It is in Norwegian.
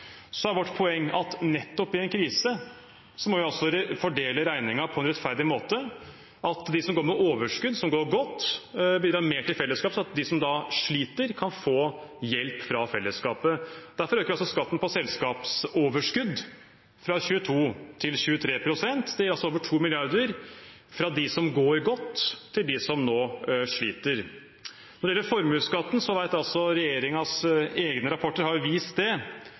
er vårt poeng at nettopp i en krise må vi fordele regningen på en rettferdig måte, sånn at de som går med overskudd, som går godt, bidrar mer til felleskapet, sånn at de som sliter, kan få hjelp fra fellesskapet. Derfor øker vi altså skatten på selskapsoverskudd fra 22 pst. til 23 pst. Det gir over 2 mrd. kr fra dem som går godt, til dem som nå sliter. Når det gjelder formuesskatten, har regjeringens egne rapporter vist at formuesskattekutt ikke skaper noen nye jobber. Det